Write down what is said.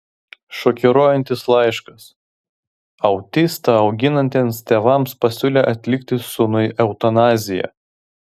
šokiruojantis laiškas autistą auginantiems tėvams pasiūlė atlikti sūnui eutanaziją